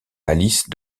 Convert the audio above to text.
alice